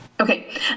Okay